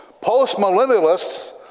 post-millennialists